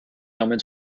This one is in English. omens